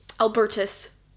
albertus